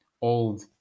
old